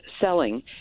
selling